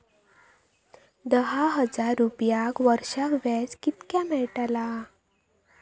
दहा हजार रुपयांक वर्षाक व्याज कितक्या मेलताला?